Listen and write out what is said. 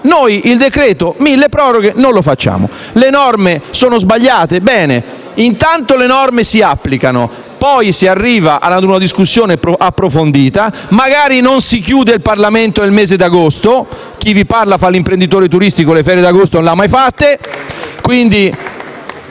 noi il decreto milleproroghe non lo facciamo». Le norme sono sbagliate? Bene, intanto le norme si applicano; poi si arriva ad una discussione approfondita, magari non si chiude il Parlamento nel mese di agosto - chi vi parla fa l'imprenditore turistico e le ferie d'agosto non le ha mai fatte